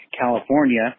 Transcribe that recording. California